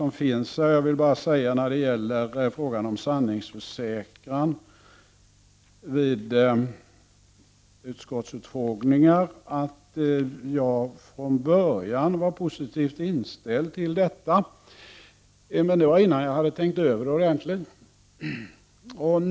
I frågan om avgivande av sanningsförsäkran vid utskottsförfrågningar kan jag dock säga att jag från början var positivt inställd till att sådana skulle avges. Men det var innan jag hade tänkt över saken ordentligt.